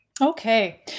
Okay